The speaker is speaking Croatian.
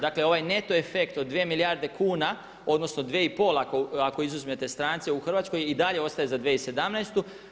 Dakle, ovaj neto efekt od 2 milijarde kuna, odnosno 2 i pol ako izuzmete strance u Hrvatskoj i dalje ostaje za 2017.